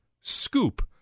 SCOOP